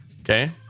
Okay